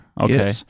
Okay